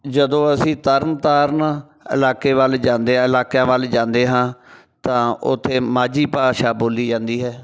ਜਦੋਂ ਅਸੀਂ ਤਰਨ ਤਾਰਨ ਇਲਾਕੇ ਵੱਲ ਜਾਂਦੇ ਹਾਂ ਇਲਾਕਿਆਂ ਵੱਲ ਜਾਂਦੇ ਹਾਂ ਤਾਂ ਉੱਥੇ ਮਾਝੀ ਭਾਸ਼ਾ ਬੋਲੀ ਜਾਂਦੀ ਹੈ